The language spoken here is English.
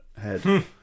head